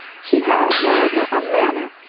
she had, moreover, a manner,